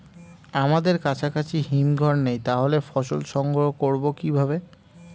আমাদের কাছাকাছি হিমঘর নেই তাহলে ফসল সংগ্রহ করবো কিভাবে?